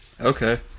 Okay